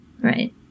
Right